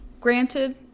Granted